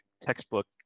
textbook